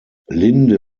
linde